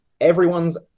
everyone's